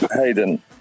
Hayden